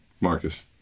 Marcus